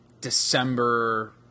December